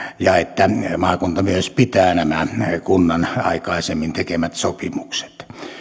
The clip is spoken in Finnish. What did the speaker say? ja että maakunta myös pitää nämä kunnan aikaisemmin tekemät sopimukset